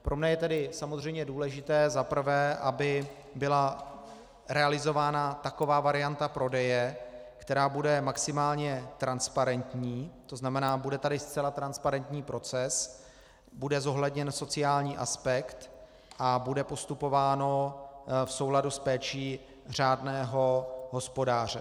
Pro mne je tedy samozřejmě důležité za prvé, aby byla realizována taková varianta prodeje, která bude maximálně transparentní, to znamená, bude tady zcela transparentní proces, bude zohledněn sociální aspekt a bude postupováno v souladu s péčí řádného hospodáře.